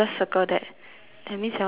that means your one is different lah